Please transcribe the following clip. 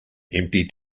empty